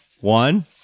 One